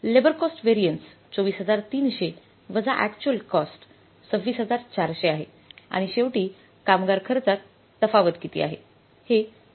labour cost variance 24300 वजा actual cost 26400 आहे आणि शेवटी कामगार खर्चात तफावत किती आहे